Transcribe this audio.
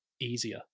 easier